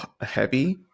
heavy